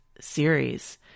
series